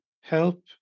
help